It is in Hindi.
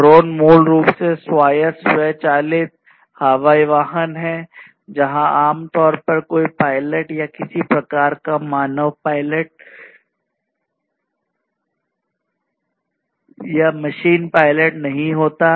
ड्रोन मूल रूप से स्वायत्त स्व चालित हवाई वाहन हैं जहाँ आमतौर पर कोई पायलट या किसी भी प्रकार का मानव पायलट या मशीन पायलट नहीं होता है